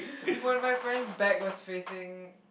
when my friend's back was facing